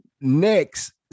next